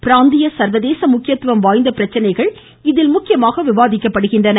பிராந்திய சர்வதேச முக்கியத்துவம் வாய்ந்த பிரச்சனைகள் இதில் முக்கியமாக விவாதிக்கப்படுகிறது